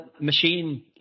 Machine